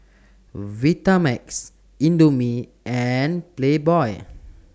Vitamix Indomie and Playboy